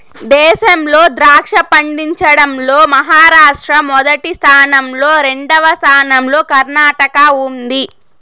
దేశంలో ద్రాక్ష పండించడం లో మహారాష్ట్ర మొదటి స్థానం లో, రెండవ స్థానం లో కర్ణాటక ఉంది